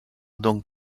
donc